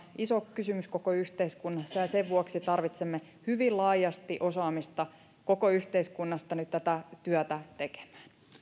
iso kysymys koko yhteiskunnassa ja sen vuoksi tarvitsemme hyvin laajasti osaamista koko yhteiskunnasta nyt tätä työtä tekemään